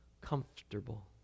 comfortable